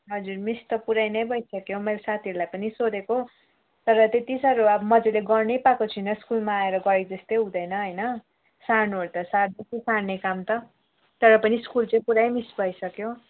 हजुर मिस त पुरै नै भइसक्यो मैले साथीहरूलाई पनि सोधेको तर त्यति साह्रो अब मजाले गर्नै पाएको छैन स्कुलमा आएर गरे जस्तै हुँदैन होइन सार्नुहरू त सार्दैछु सार्ने काम त तर पनि स्कुल चाहिँ पुरै मिस भइसक्यो